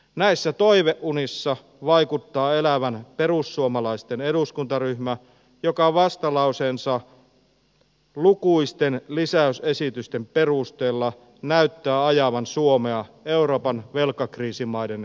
näissä toiveunissa vaikuttaa elävän perussuomalaisten eduskuntaryhmä joka vastalauseensa lukuisten lisäysesitysten perusteella näyttää ajavan suomea euroopan velkakriisimaiden joukkoon